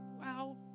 Wow